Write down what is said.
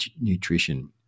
nutrition